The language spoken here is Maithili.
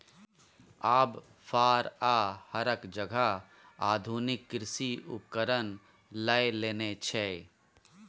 आब फार आ हरक जगह आधुनिक कृषि उपकरण लए लेने छै